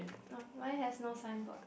no mine has no signboard